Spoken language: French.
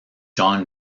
john